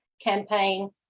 campaign